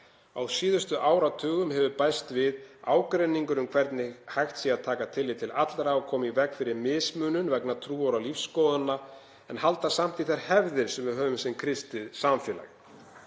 Á síðustu áratugum hefur bæst við ágreiningur um hvernig hægt sé að taka tillit til allra og koma í veg fyrir mismunun vegna trúar- og lífsskoðana en halda samt í þær hefðir sem við höfum sem kristið samfélag.